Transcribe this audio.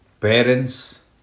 parents